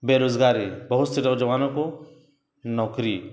بے روزگاری بہت سے نوجوانوں کو نوکری